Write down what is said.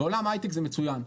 בעולם ההייטק זה מצוין,